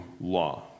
law